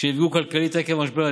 שנפגעו כלכלית עקב המשבר,